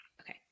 Okay